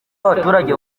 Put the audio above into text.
abaturage